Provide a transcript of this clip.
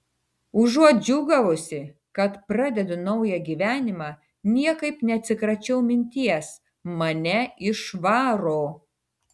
užuot džiūgavusi kad pradedu naują gyvenimą niekaip neatsikračiau minties mane išvaro